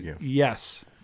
yes